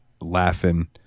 laughing